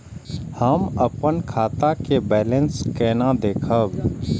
हम अपन खाता के बैलेंस केना देखब?